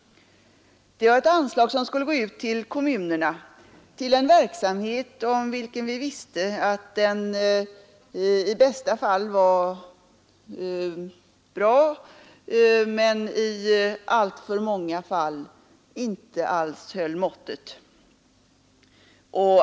Det var ett anslag som skulle gå ut till kommunerna, till en verksamhet, om vilken vi visste att den i bästa fall fungerade men i alltför många fall inte alls höll måttet.